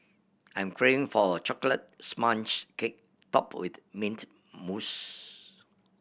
I am craving for a chocolate sponge cake topped with mint mousse